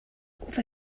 over